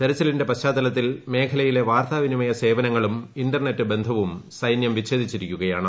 തെരച്ചിലിന്റെ പശ്ചാത്തലത്തിൽ മേഖലയിലെ വാർത്താവിനിമയ സേവനങ്ങളും ഇന്റർനെറ്റ് ബന്ധവും സൈനൃം വിച്ഛേദിച്ചിരിക്കുകയാണ്